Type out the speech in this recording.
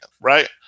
Right